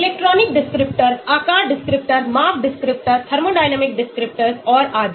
electronic descriptor आकार descriptor माप descriptor thermodynamic descriptors और आदि